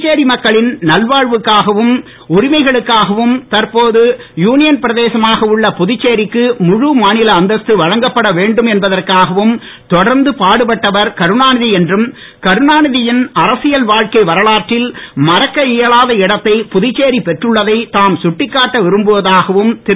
புதுச்சேரி மக்களின் நலவாழ்வுக்காகவும் உரிமைகளுக்காகவும் தற்போது யூனியன் பிரதேசமாக உள்ள புதுச்சேரிக்கு முழு மாநில அந்தஸ்து வழங்கப்பட வேண்டும் என்பதற்காகவும் தொடர்ந்து பாடுபட்டவர் கருணாநிதி என்றும் கருணாநிதியின் அரசியல் வாழ்க்கை வரலாற்றில் மறக்க இயலாத இடத்தை புதுச்சேரி பெற்றுன்ளதை தாம் கட்டிக்காட்ட விரும்புவதாகவும் திரு